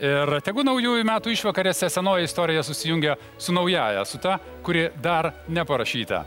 ir tegu naujųjų metų išvakarėse senoji istorija susijungia su naująja su ta kuri dar neparašyta